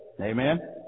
Amen